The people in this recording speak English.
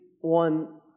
one